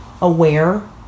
aware